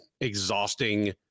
exhausting